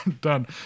done